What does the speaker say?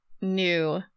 new